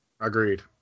Agreed